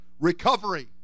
recovery